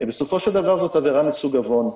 בסופו של דבר זו עבירה מסוג עוון.